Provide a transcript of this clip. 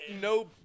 no